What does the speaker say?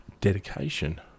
dedication